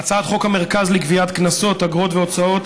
הצעת חוק המרכז לגביית קנסות, אגרות והוצאות,